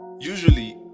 Usually